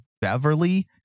Beverly